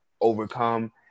overcome